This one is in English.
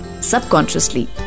subconsciously